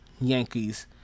Yankees